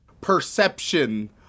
perception